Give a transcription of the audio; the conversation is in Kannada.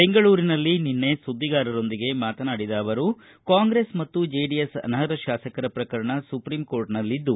ಬೆಂಗಳೂರಿನಲ್ಲಿ ನಿನ್ನೆ ಸುದ್ದಿಗಾರರೊಂದಿಗೆ ಮಾತನಾಡಿದ ಅವರು ಕಾಂಗ್ರೆಸ್ ಮತ್ತು ಜೆಡಿಎಸ್ ಅನರ್ಹ ಶಾಸಕರ ಪ್ರಕರಣ ಸುಪ್ರಿಂ ಕೋರ್ಟನಲ್ಲಿದ್ದು